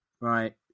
right